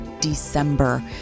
December